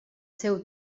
seu